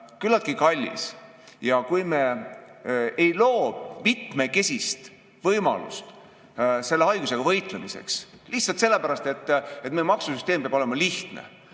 küllaltki kallis ja kui me ei loo mitmekesiseid võimalusi selle haigusega võitlemiseks lihtsalt sellepärast, et maksusüsteem peab olema lihtne,